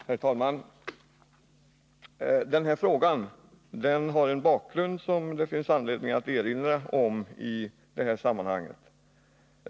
Herr talman! Den här frågan har en bakgrund som det finns anledning att erinra om i detta sammanhang.